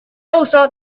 uso